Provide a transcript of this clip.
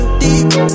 deep